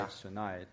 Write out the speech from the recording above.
tonight